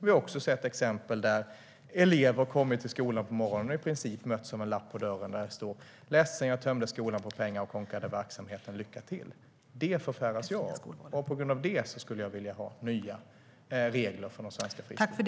Vi har också sett exempel där elever kommit till skolan på morgonen och i princip mötts av en lapp på dörren där det stått: Ledsen, jag tömde skolan på pengar och konkade verksamheten. Lycka till! Detta förfäras jag av. Och på grund av det skulle jag vilja ha nya regler för de svenska friskolorna.